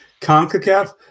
CONCACAF